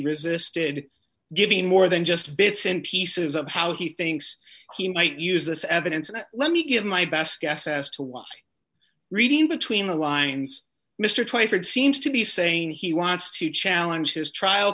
resisted giving more than just bits and pieces of how he thinks he might use this evidence and let me give my best guess as to why reading between the lines mr twyford seems to be saying he wants to challenge his trial